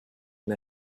and